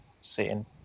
sitting